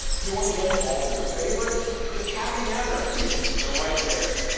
if you want to get it all of your favorites, just tap in the address field, they're right there.